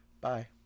Bye